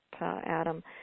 Adam